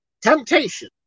Temptation